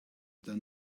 done